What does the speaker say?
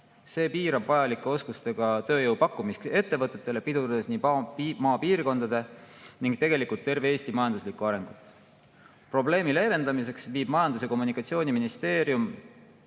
See piirab vajalike oskustega tööjõu pakkumist ettevõtetele ning pidurdab maapiirkondade, tegelikult terve Eesti majanduslikku arengut. Probleemi leevendamiseks viib Majandus- ja Kommunikatsiooniministeerium